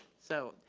so,